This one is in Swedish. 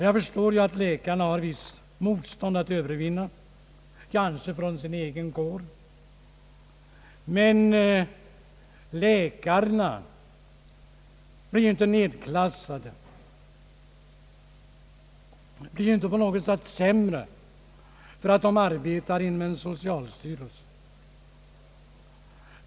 Jag förstår att läkarna har ett visst motstånd att övervinna, kanske från sin egen kår, men läkarna blir ju inte nedklassade och på något sätt sämre för att de arbetar under en socialstyrelse.